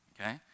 Okay